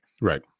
Right